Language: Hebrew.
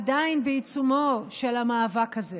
עדיין בעיצומו של המאבק הזה,